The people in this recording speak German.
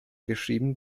geschrieben